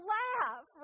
laugh